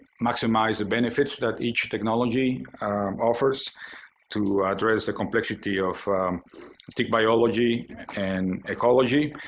maximize the benefits that each technology offers to address the complexity of tick biology and ecology,